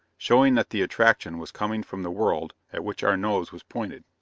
showing that the attraction was coming from the world at which our nose was pointed.